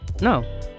No